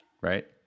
right